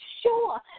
sure